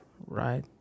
Right